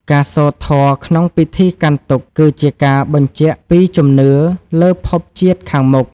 ការសូត្រធម៌ក្នុងពិធីកាន់ទុក្ខ គឺជាការបញ្ជាក់ពីជំនឿលើភពជាតិខាងមុខ។